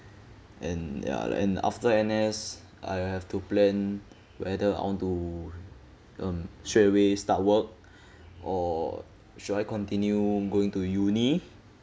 and ya and after N_S I have to plan whether I want to um straight away start work or should I continue going to uni